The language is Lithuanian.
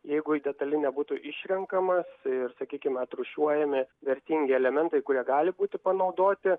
jeigu jis detaliai nebūtų išrenkamas ir sakykime atrūšiuojami vertingi elementai kurie gali būti panaudoti